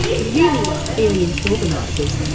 really experienced organisers,